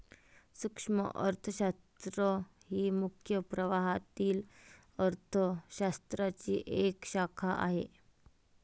सूक्ष्म अर्थशास्त्र ही मुख्य प्रवाहातील अर्थ शास्त्राची एक शाखा आहे